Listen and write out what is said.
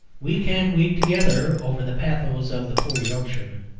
we can weep together over the pathos of the poor yorkshireman,